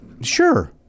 Sure